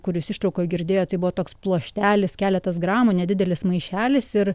kur jūs ištraukoj girdėjot tai buvo toks pluoštelis keletas gramų nedidelis maišelis ir